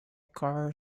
car